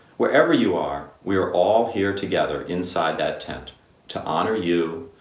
wherever you are, we're all here together inside that tent to honor you,